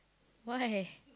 why